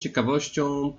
ciekawością